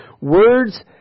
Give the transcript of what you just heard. Words